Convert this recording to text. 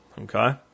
okay